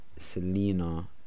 Selena